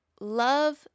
love